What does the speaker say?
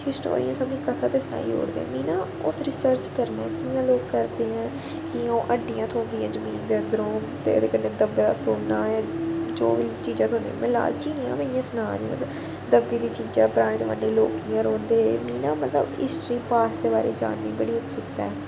historian कन्नै सनाई ओड़दे न मि न उस रिर्सच करने च कि'यां लोक करदे ऐ कि'यां ओह् ह्ड्डियां थ्होंदियां जमीन दे अंदरू ते ओह्दे कन्नै दब्बे दा सोना ऐ जो बी चीज़ां थ्होंदियां में लालची नी आं में इ'यां सनां दी आं मतलब दब्बी दी चीजां ग्राएं च बड्डे लोक कि'यां रौंह्दे हे मि न मतलब हिस्टरी पास्ट दे बारै च जानने दी बड़ी उत्सुकता ऐ